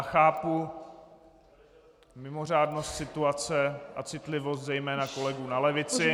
Chápu mimořádnost situace a citlivost zejména kolegů na levici...